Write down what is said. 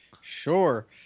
Sure